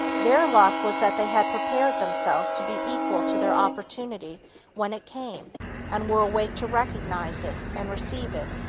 their luck was that they had prepared themselves to be equal to their opportunity when it came and were awake to recognize it and receive it.